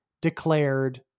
declared